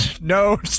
No